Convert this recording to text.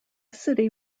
city